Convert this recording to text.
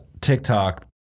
TikTok